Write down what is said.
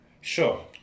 sure